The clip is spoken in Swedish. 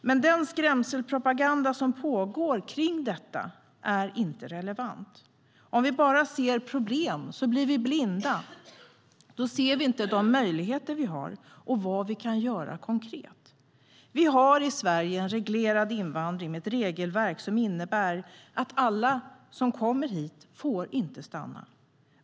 Men den skrämselpropaganda som pågår kring detta är inte relevant. Om vi bara ser problem blir vi blinda. Då ser vi inte de möjligheter vi har och vad vi kan göra konkret. Vi har i Sverige en reglerad invandring med ett regelverk som innebär att inte alla som kommer hit får stanna.